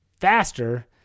faster